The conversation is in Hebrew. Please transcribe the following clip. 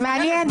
זה מעניין.